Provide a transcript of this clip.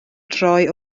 droi